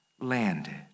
landed